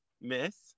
miss